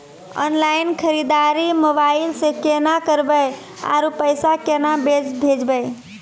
Online खरीददारी mobile से केना करबै, आरु पैसा केना भेजबै?